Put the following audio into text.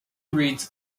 reads